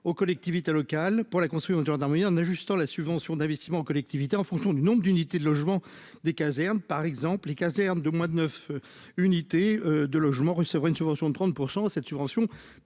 aux collectivités locales pour la construire une gendarmerie en ajustant la subvention d'investissement collectivités en fonction du nombre d'unités de logement des casernes, par exemple, les casernes de moi de 9 unités de logement recevront une subvention de 30